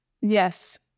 yes